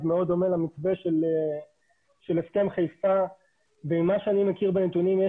מאוד דומה למתווה של הסכם חיפה וממה שאני מכיר בנתונים יש